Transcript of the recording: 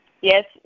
Yes